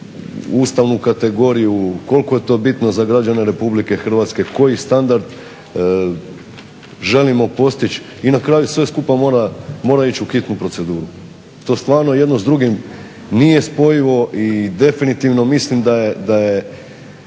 ustavnu kategoriju, koliko je to bitno za građane Republike Hrvatske, koji standard želimo postići i na kraju sve skupa mora ići u hitnu proceduru. To stvarno jedno s drugim nije spojivo i definitivno mislim da u